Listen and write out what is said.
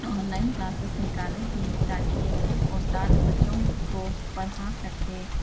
on line classes نکالی تھی تاکہ استاد بچوں کو پڑھا سکے